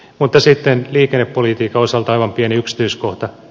mutta sitten liikennepolitiikan osalta aivan pieni yksityiskohta